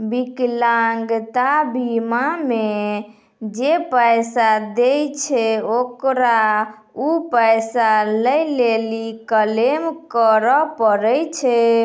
विकलांगता बीमा मे जे पैसा दै छै ओकरा उ पैसा लै लेली क्लेम करै पड़ै छै